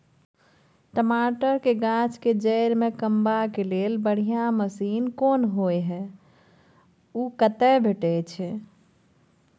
टमाटर के गाछ के जईर में कमबा के लेल बढ़िया मसीन कोन होय है उ कतय भेटय छै?